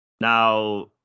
Now